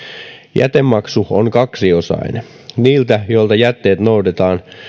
jätemaksu on kaksiosainen niiltä joilta jätteet noudetaan